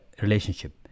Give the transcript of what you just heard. relationship